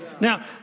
Now